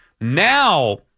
now